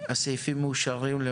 הסעיפים מאושרים פה אחד,